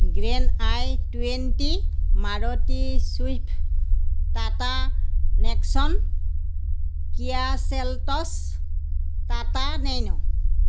grand i twenty Maruti Swift Tata Nexon Kia Seltos Tata Nano